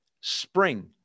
spring